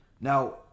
Now